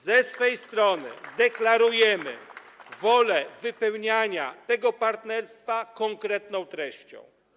Ze swej strony deklarujemy wolę wypełniania tego partnerstwa konkretną treścią.